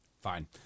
Fine